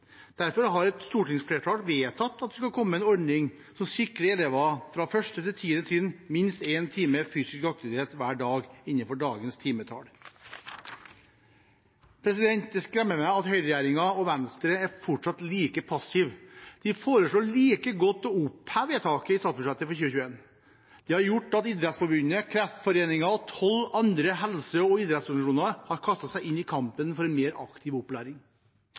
Derfor har et stortingsflertall vedtatt at det skal komme en ordning som sikrer elever fra 1. til 10. trinn minst 1 time fysisk aktivitet hver dag innenfor dagens timetall. Det skremmer meg at høyreregjeringen og Venstre fortsatt er like passive. De foreslår like godt å oppheve vedtaket i statsbudsjettet for 2021. Det har gjort at Idrettsforbundet, Kreftforeningen og tolv andre helse- og idrettsorganisasjoner har kastet seg inn i kampen for en mer aktiv opplæring.